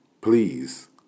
please